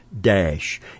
dash